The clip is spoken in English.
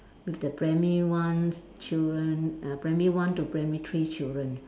with the primary one children uh primary one to primary three children